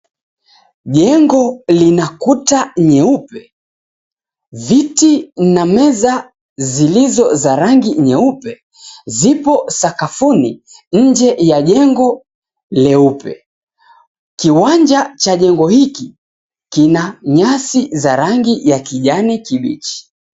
Jengo lina kuta nyeupe. Viti na meza zilizo za rangi nyeupe zipo sakafuni nje ya jengo leupe. Kiwanja cha jengo hiki kina nyasi za rangi ya kijani kibichi.